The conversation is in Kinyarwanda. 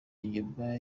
inyuma